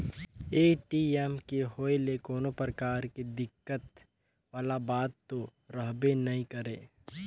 ATM के होए ले कोनो परकार के दिक्कत वाला बात तो रहबे नइ करे